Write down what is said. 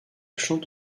chante